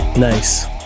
Nice